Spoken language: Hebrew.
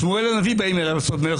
אל שמואל הנביא באים לעשות מלך,